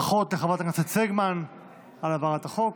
ברכות לחברת הכנסת סגמן על העברת החוק.